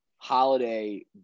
Holiday